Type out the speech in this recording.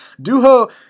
duho